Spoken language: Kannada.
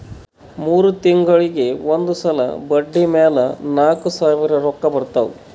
ಮೂರ್ ತಿಂಗುಳಿಗ್ ಒಂದ್ ಸಲಾ ಬಡ್ಡಿ ಮ್ಯಾಲ ನಾಕ್ ಸಾವಿರ್ ರೊಕ್ಕಾ ಬರ್ತಾವ್